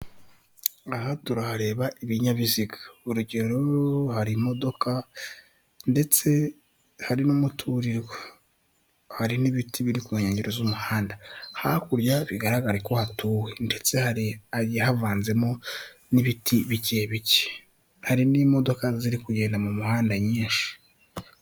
Aha turahareba ibinyabiziga urugero: hari imodoka ndetse hari n'umuturirwa, hari n'ibiti biri ku nkengero z'umuhanda, hakurya bigaragara ko hatuwe ndetse hari hagiye havanzemo n'ibiti bike bike, hari n'imodoka ziri kugenda mu muhanda nyinshi.